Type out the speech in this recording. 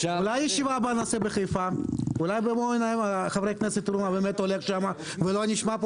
אולי ישיבה הבאה נעשה בחיפה ולא נשמע פה